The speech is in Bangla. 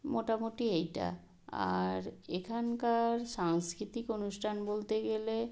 মোটামুটি এইটা আর এখানকার সাংস্কৃতিক অনুষ্ঠান বলতে গেলে